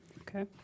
Okay